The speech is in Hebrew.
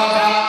תודה רבה.